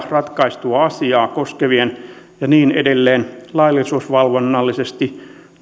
ratkaistua asiaa koskevien ja niin edelleen laillisuusvalvonnallisesti